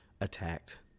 attacked